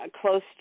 close